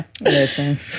Listen